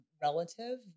relative